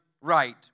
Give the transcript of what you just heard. right